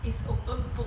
is open book